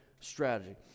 strategy